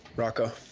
rocco.